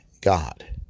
God